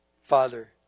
Father